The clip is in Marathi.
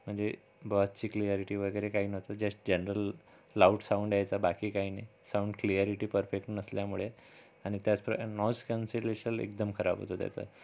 म्हणजे बासची क्लियारीटी वगैरे काही नव्हतं जस्ट जनरल लाऊड साउंड यायचा बाकी काही नाही साऊंड क्लियारीटी परफेक्ट नसल्यामुळे आणि त्याचप्र नॉईस कॉन्सुलेशल एकदम खराब होत त्याचं